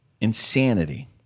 Insanity